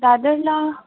दादरला